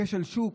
כשל שוק?